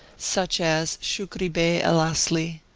such as shukri bey el-asli,